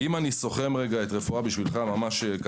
אם אני סוכם את הרפואה בקצרה,